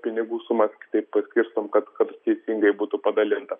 pinigų sumą kitaip paskirstom kad kad teisingai būtų padalinta